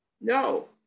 no